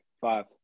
five